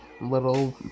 little